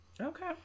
Okay